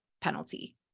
penalty